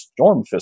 Stormfist